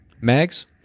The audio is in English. mags